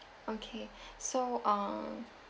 okay so uh